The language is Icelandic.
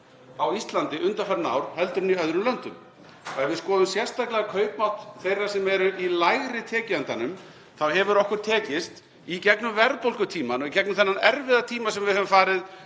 á Íslandi undanfarin ár heldur en í öðrum löndum. Og ef við skoðum sérstaklega kaupmátt þeirra sem eru í lægri tekið endanum þá hefur okkur í gegnum verðbólgutímann og í gegnum þennan erfiða tíma eftir heimsfaraldur